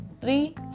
three